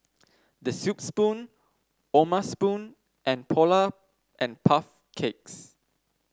The Soup Spoon O'ma Spoon and Polar and Puff Cakes